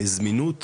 זמינות